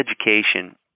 education